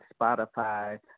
Spotify